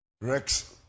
Rex